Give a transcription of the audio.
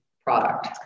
product